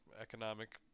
economic